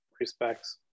respects